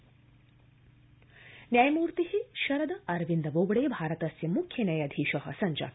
न्यायमूर्ति न्यायमूर्ति शरद अरविन्द बोबडे भारतस्य म्ख्य न्यायाधीश सञ्जात